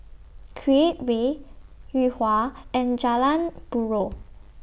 Create Way Yuhua and Jalan Buroh